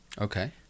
Okay